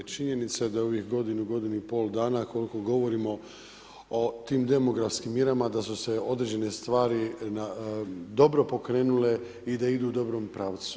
Činjenica da je ovih godinu, godinu i pol dana koliko govorimo o tim demografskim mjerama, da su se određene stvari dobro pokrenule i da idu u dobrom pravcu.